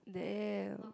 damn